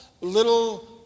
little